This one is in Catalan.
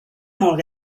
molt